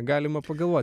galima pagalvot